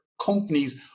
companies